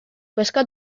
gwisga